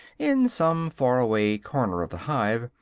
in some far-away corner of the hive,